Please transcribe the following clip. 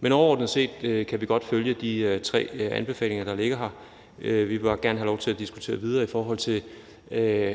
Men overordnet set kan godt følge de tre anbefalinger, der ligger her. Vi vil bare gerne have lov til at diskutere videre, i forhold til